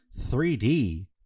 3D